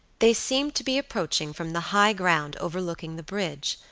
they seemed to be approaching from the high ground overlooking the bridge,